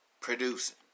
Producing